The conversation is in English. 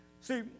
See